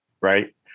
Right